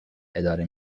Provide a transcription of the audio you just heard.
اداره